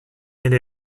elle